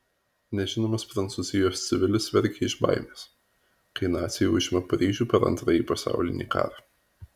nežinomas prancūzijos civilis verkia iš baimės kai naciai užima paryžių per antrąjį pasaulinį karą